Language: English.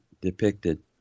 depicted